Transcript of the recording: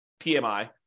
PMI